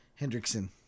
Hendrickson